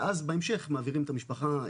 ואז מעבירים את המשפחה,